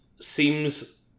seems